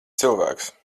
cilvēks